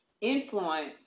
influence